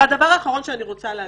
הדבר האחרון שאני רוצה להגיד,